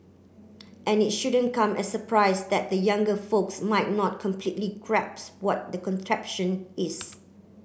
and it shouldn't come as a surprise that the younger folks might not completely grasp what that contraption is